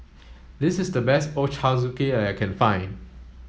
this is the best Ochazuke I can find